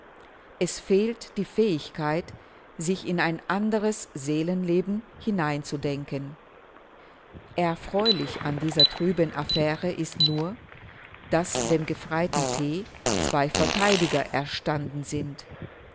es fehlt die fähigkeit sich in ein anderes seelenleben hineinzudenken erfreulich an dieser trüben affäre ist nur daß dem gefreiten t zwei verteidiger erstanden sind